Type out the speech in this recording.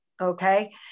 okay